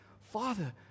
Father